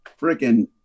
Freaking